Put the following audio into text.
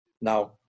Now